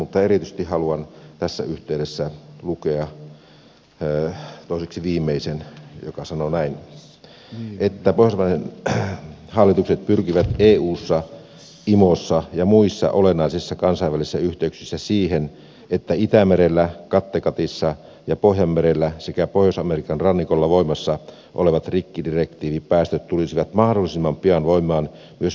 mutta erityisesti haluan tässä yhteydessä lukea toiseksi viimeisen joka sanoo näin että pohjoismaiden hallitukset pyrkivät eussa imossa ja muissa olennaisissa kansainvälisissä yhteyksissä siihen että itämerellä kattegatissa ja pohjanmerellä sekä pohjois amerikan rannikolla voimassa olevat rikkipäästösäännöt tulisivat mahdollisimman pian voimaan myös muilla merialueilla